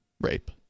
rape